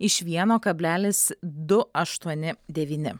iš vieno kablelis du aštuoni devyni